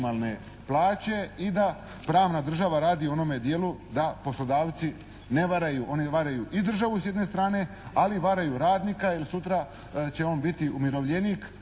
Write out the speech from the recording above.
minimalne plaće i da pravna država radi u onome dijelu da poslodavci ne varaju, oni varaju i državu s jedne strane, ali varaju i radnika jer sutra će on biti umirovljenik,